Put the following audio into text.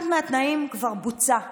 אחד מהתנאים כבר בוצע.